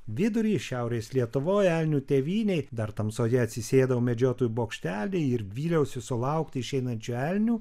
vidurį šiaurės lietuvoj elnių tėvynėj dar tamsoje atsisėdau medžiotojų bokštely ir vyliausi sulaukti išeinančių elnių